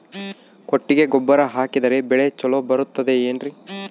ಕೊಟ್ಟಿಗೆ ಗೊಬ್ಬರ ಹಾಕಿದರೆ ಬೆಳೆ ಚೊಲೊ ಬರುತ್ತದೆ ಏನ್ರಿ?